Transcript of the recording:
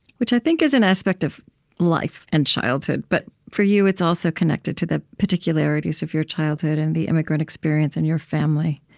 which i think is an aspect of life and childhood, but for you, it's also connected to the particularities of your childhood and the immigrant experience and your family,